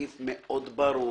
האחריות מונחת